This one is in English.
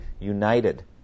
united